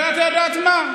ואת יודעת מה,